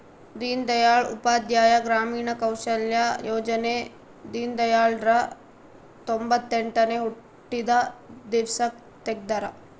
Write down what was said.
ದೀನ್ ದಯಾಳ್ ಉಪಾಧ್ಯಾಯ ಗ್ರಾಮೀಣ ಕೌಶಲ್ಯ ಯೋಜನೆ ದೀನ್ದಯಾಳ್ ರ ತೊಂಬೊತ್ತೆಂಟನೇ ಹುಟ್ಟಿದ ದಿವ್ಸಕ್ ತೆಗ್ದರ